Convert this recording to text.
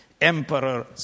Emperor